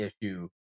issue